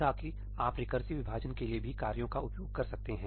ताकि आप रिकसिवविभाजन के लिए भी कार्यों का उपयोग कर सकते हैं